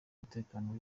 umutekano